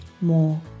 more